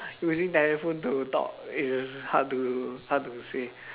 using telephone to talk is hard to hard to say